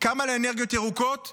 כמה לאנרגיות ירוקות?